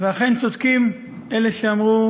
אכן, צודקים אלה שאמרו